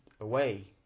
away